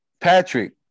Patrick